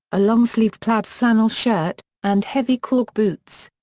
a long-sleeved plaid flannel shirt, and heavy caulk boots.